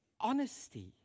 honesty